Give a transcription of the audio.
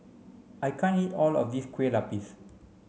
I can't eat all of this Kueh Lapis